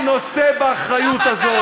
הוא נושא באחריות הזאת.